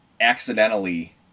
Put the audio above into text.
accidentally